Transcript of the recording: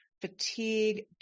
fatigue